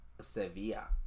Sevilla